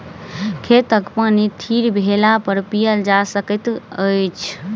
खेतक पानि थीर भेलापर पीयल जा सकैत अछि